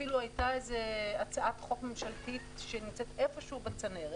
אפילו הייתה איזו הצעת חוק ממשלתית שנמצאת איפה שהוא בצנרת.